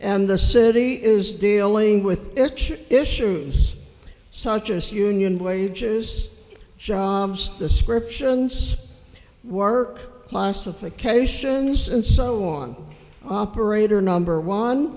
and the city is dealing with issues such as union wages jobs descriptions work classifications and so on operator